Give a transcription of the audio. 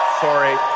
Sorry